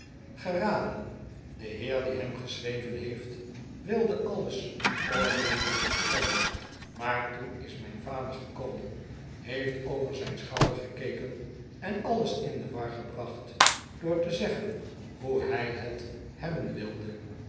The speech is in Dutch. geraden de heer die hem geschreven heeft wilde alles ordentelijk vertellen maar toen is mijn vader gekomen heeft over zijn schouder gekeken en alles in de war gebracht door te zeggen hoe hij net hebben wilde